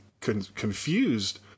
confused